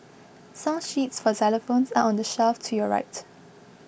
song sheets for xylophones are on the shelf to your right